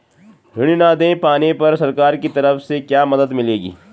ऋण न दें पाने पर सरकार की तरफ से क्या मदद मिलेगी?